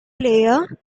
player